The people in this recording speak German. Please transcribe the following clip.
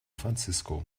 francisco